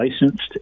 licensed